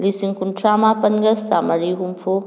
ꯂꯤꯁꯤꯡ ꯀꯨꯟꯊ꯭ꯔꯥ ꯃꯥꯄꯟꯒ ꯆꯥꯝꯃꯔꯤ ꯍꯨꯝꯐꯨ